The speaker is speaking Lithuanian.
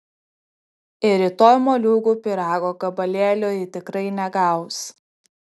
ir rytoj moliūgų pyrago gabalėlio ji tikrai negaus